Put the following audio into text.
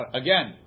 again